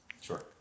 Sure